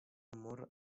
amor